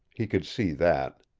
he could see that.